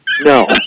No